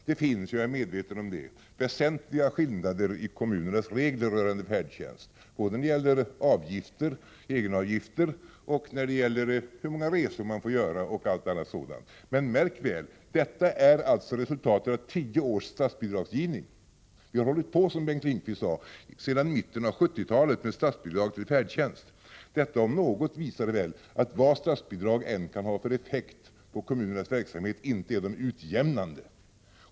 Det finns, vilket jag är medveten om, väsentliga skillnader i kommunernas regler rörande färdtjänst, både när det gäller egenavgifter, hur många resor man får göra m.m. Men märk väl: Detta är alltså resultatet av tio års statsbidragsgivning. Vi har hållit på — som Bengt Lindqvist sade — sedan mitten av 1970-talet med att ge statsbidrag till färdtjänst. Detta om något visar väl att vad statsbidrag än kan ha för effekt på kommunernas verksamhet, inte är det utjämnande.